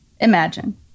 imagine